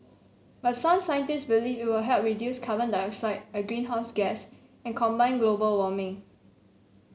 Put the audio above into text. but some scientists believe it will help reduce carbon dioxide a greenhouse gas and combat global warming